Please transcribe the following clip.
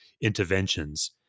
interventions